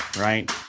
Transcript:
Right